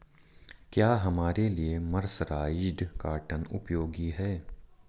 क्या हमारे लिए मर्सराइज्ड कॉटन उपयोगी है?